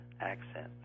accent